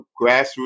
grassroots